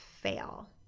fail